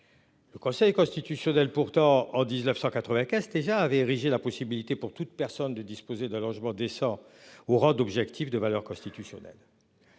Le Conseil constitutionnel. Pourtant, en 1995 déjà avait érigé la possibilité pour toute personne de disposer d'un logement décent au rang d'objectif de valeur constitutionnelle.